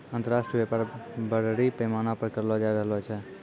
अन्तर्राष्ट्रिय व्यापार बरड़ी पैमाना पर करलो जाय रहलो छै